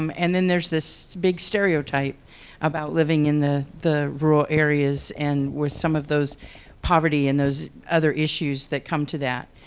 um and then there's this big stereotype about living in the the rural areas and with some of those poverty and those other issues that come to that.